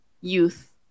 youth